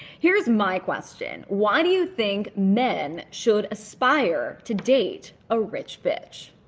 here's my question why do you think men should aspire to date a rich bitch?